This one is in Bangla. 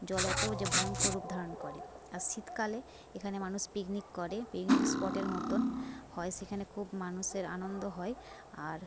জল এতো যে ভয়ঙ্কর রূপ ধারণ করে আর শীতকালে এখানে মানুষ পিকনিক করে পিকনিক স্পটের মতোন হয় সেখানে খুব মানুষের আনন্দ হয় আর